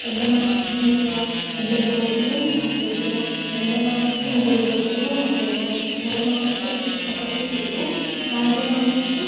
పెద్ద మామయ్యకి ఒక ఇద్దరు కొడుకులు ఒక కూతురు రెండవ మామయ్యకి ముగ్గురు కొడుకులు ఒక కూతురు మూడో మామయ్యకి ఒక ఒక్కతే కూతురు నాలుగో మామయ్యకి